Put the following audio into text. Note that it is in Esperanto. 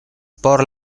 por